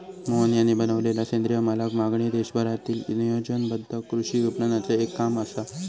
मोहन यांनी बनवलेलला सेंद्रिय मालाक मागणी देशभरातील्या नियोजनबद्ध कृषी विपणनाचे एक काम असा